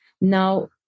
Now